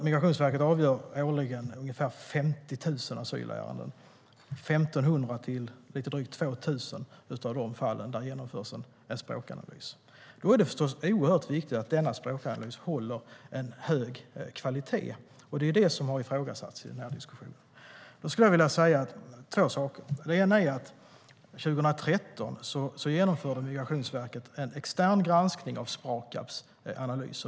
Migrationsverket avgör årligen ungefär 50 000 asylärenden, och i 1 500-2 000 fall genomförs en språkanalys. År 2013 genomförde Migrationsverket en extern granskning av Sprakabs analys.